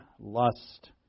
lust